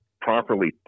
properly